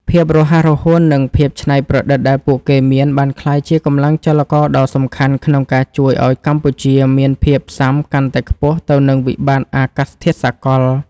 ភាពរហ័សរហួន និងភាពច្នៃប្រឌិតដែលពួកគេមាន បានក្លាយជាកម្លាំងចលករដ៏សំខាន់ក្នុងការជួយឱ្យកម្ពុជាមានភាពស៊ាំកាន់តែខ្ពស់ទៅនឹងវិបត្តិអាកាសធាតុសកល។